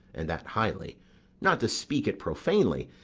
and that highly not to speak it profanely,